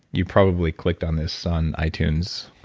you probably clicked on this on itunes